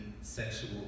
sexual